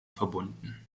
verbunden